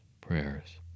prayers